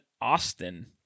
Austin